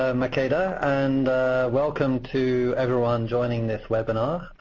ah makeda, and welcome to everyone joining this webinar,